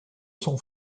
sont